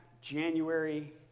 January